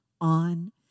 on